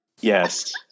Yes